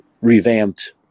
revamped